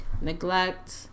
neglect